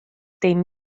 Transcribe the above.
dim